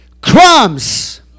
Crumbs